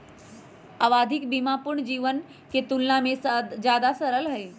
आवधिक बीमा पूर्ण जीवन के तुलना में ज्यादा सरल हई